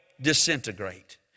disintegrate